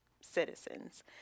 citizens